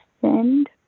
send